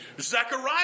Zechariah